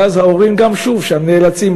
ואז ההורים שוב גם שם נאלצים.